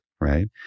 right